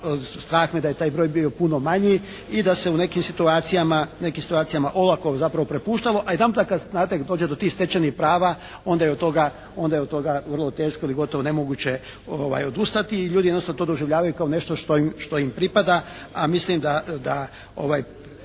strah me je da je taj broj bio puno manji i da se u nekim situacijama olako zapravo prepuštalo. A jedan puta kad znate dođe do tih stečenih prava onda je od toga vrlo teško ili gotovo nemoguće odustati i ljudi jednostavno to doživljavaju kao nešto što im pripada, a mislim da